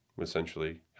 essentially